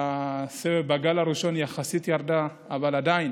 בגל הראשון יחסית ירדה, אבל עדיין,